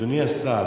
אדוני השר,